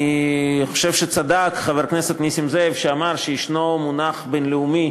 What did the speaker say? אני חושב שצדק חבר הכנסת נסים זאב שאמר שיש מונח בין-לאומי,